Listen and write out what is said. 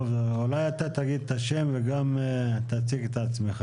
אולי אתה תגיד את השם וגם תציג את עצמך,